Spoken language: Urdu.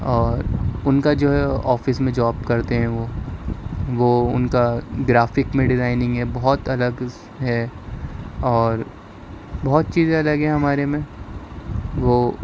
اور ان کا جو ہے آفس میں جاب کرتے ہیں وہ وہ ان کا گرافک میں ڈیزائننگ ہے بہت الگ ہے اور بہت چیزیں الگ ہیں ہمارے میں وہ